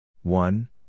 One